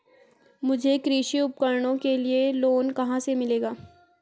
मुझे कृषि उपकरणों के लिए लोन कहाँ से मिलेगा?